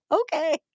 okay